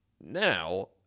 Now